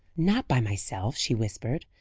not by myself, she whispered,